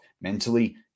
mentally